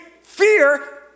fear